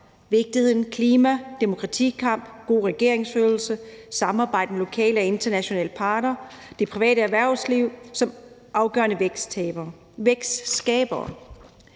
klima, demokratikamp, god regeringsførelse, samarbejde med lokale og internationale parter og det private erhvervsliv som afgørende vækstskabere.